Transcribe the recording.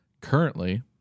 Currently